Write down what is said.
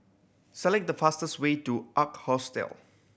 select the fastest way to Ark Hostel